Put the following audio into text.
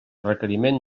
requeriment